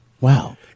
wow